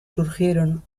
surgieron